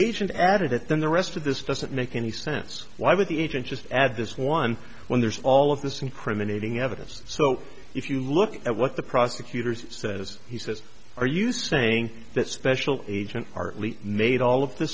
agent added it then the rest of this doesn't make any sense why would the agent just add this one when there's all of this incriminating evidence so if you look at what the prosecutors says he says are you saying that special agent partly made all